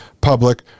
public